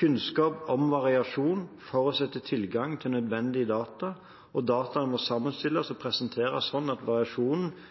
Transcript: Kunnskap om variasjon forutsetter tilgang til nødvendige data, og dataene må sammenstilles og presenteres slik at